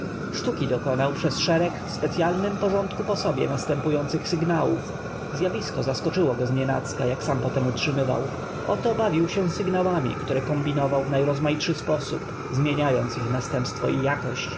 sztuki dokonał przez szereg w specyalnym porządku po sobie następujących sygnałów zjawisko zaskoczyło go znienacka jak sam potem utrzym yw ał o to baw ił się sygnałam i które kom binow ał w najrozm aitszy sposób zmieniając ich n astępstw o i jakość